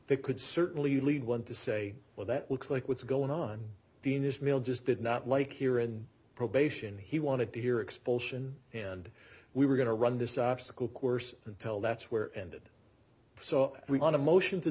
they could certainly lead one to say well that looks like what's going on dean is male just did not like here in probation he wanted to hear expulsion and we were going to run this obstacle course and tell that's where ended so we on a motion to